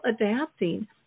adapting